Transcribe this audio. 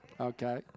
Okay